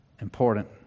important